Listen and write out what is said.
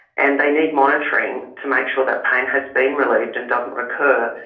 and they need monitoring to make sure that pain has been relieved and doesn't recur.